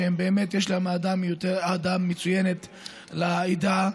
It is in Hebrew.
שבאמת יש להם אהדה מצוינת לעדה,